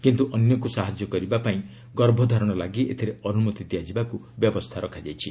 କିନ୍ତୁ ଅନ୍ୟକୁ ସାହାଯ୍ୟ କରିବାପାଇଁ ଗର୍ଭଧାରଣ ଲାଗି ଏଥିରେ ଅନୁମତି ଦିଆଯିବାକୁ ବ୍ୟବସ୍ଥା ରଖାଯାଇଛି